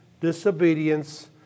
disobedience